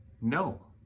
no